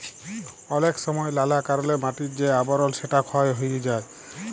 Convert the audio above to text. অলেক সময় লালা কারলে মাটির যে আবরল সেটা ক্ষয় হ্যয়ে যায়